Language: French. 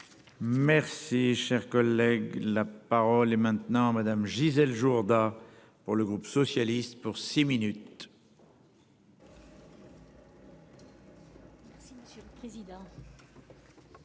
Merci, cher collègue, la parole est maintenant madame Gisèle Jourda pour le groupe socialiste pour six minutes.